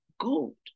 gold